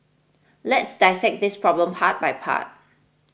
let's dissect this problem part by part